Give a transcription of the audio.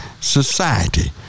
society